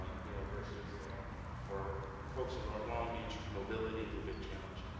you know versus for folks in north long beach, mobility is a big challenge.